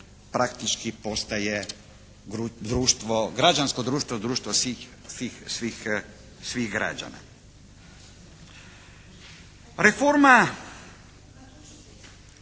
praktički postaje društvo, građansko društvo, društvo svih građana. Reforma